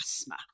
asthma